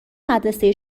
مدرسه